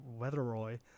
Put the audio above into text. Weatheroy